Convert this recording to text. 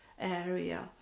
area